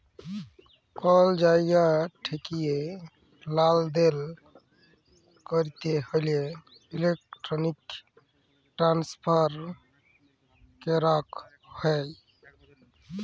call জায়গা ঠেকিয়ে লালদেল ক্যরতে হ্যলে ইলেক্ট্রনিক ট্রান্সফার ক্যরাক হ্যয়